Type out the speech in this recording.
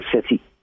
City